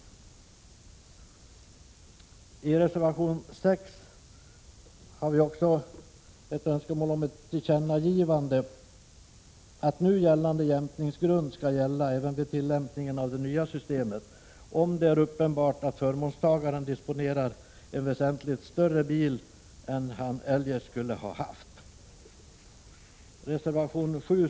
I reservation 6 har vi också ett önskemål om ett tillkännagivande att nu gällande jämkningsgrund skall gälla även vid tillämpningen av det nya systemet om det är uppenbart att förmånstagaren disponerar en väsentligt större bil än han eljest skulle ha haft.